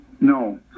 no